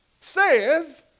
says